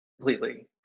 completely